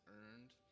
earned